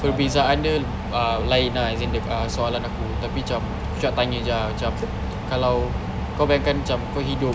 perbezaan dia ah lain ah as in soalan aku tapi cam tanya jer ah macam kalau kau bayang kan macam kau hidup